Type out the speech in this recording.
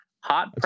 hot